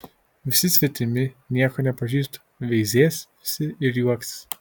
visi svetimi nieko nepažįstu veizės visi ir juoksis